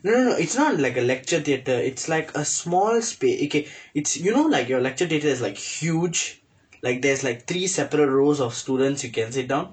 no no no it's not like a lecture theatre it's like a small space okay it's you know like your lecture theatre is like huge like there's like three separate rows of students who can sit down